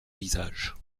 visage